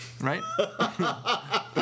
right